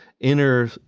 inner